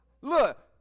Look